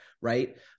Right